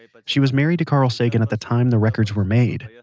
but she was married to carl sagan at the time the records were made. yeah